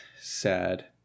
sad